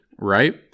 right